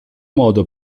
modo